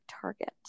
Target